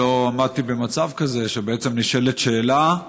שלא עמדתי במצב כזה שבעצם נשאלת שאלה,